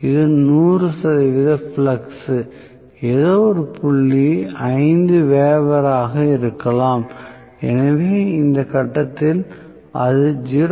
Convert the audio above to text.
இது 100 சதவிகித ஃப்ளக்ஸ் ஏதோ ஒரு புள்ளி ஐந்து வெபராக இருக்கலாம் எனவே இந்த கட்டத்தில் அது 0